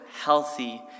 healthy